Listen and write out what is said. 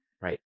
Right